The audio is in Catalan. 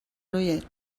noiet